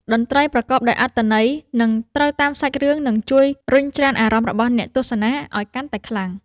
តន្ត្រីប្រកបដោយអត្ថន័យ និង ត្រូវតាមសាច់រឿងនឹងជួយរុញច្រានអារម្មណ៍របស់អ្នកទស្សនាឱ្យកាន់តែខ្លាំង។